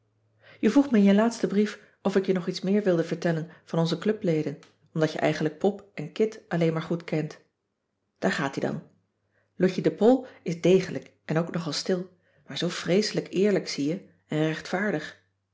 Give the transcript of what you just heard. je vroeg me in je laatsten brief of ik je nog iets meer wilde vertellen van onze clubleden omdat je eigenlijk pop en kit alleen maar goed kent daar gaat-ie dan loutje de poll is degelijk en ook nogal stil maar zoo vreeselijk eerlijk zie je en rechtvaardig